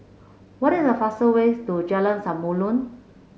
what is the fastest way to Jalan Samulun